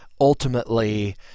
ultimately